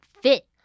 fit